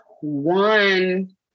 one